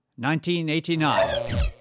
1989